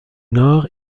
nord